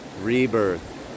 rebirth